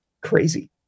crazy